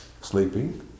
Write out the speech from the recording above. sleeping